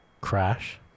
crash